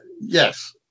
yes